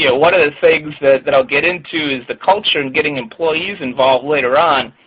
yeah one of the things that that i'll get into is the culture and getting employees involved later on.